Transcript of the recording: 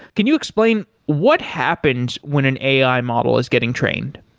can you explain, what happened when an ai model is getting trained?